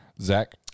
zach